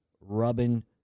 rubbing